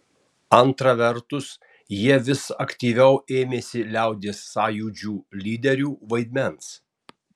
antra vertus jie vis aktyviau ėmėsi liaudies sąjūdžių lyderių vaidmens